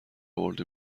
برده